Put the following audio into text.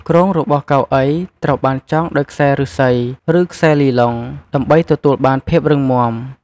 គ្រោងរបស់កៅអីត្រូវបានចងដោយខ្សែឫស្សី ឬ ខ្សែលីឡុង ដើម្បីទទួលបានភាពរឹងមាំ។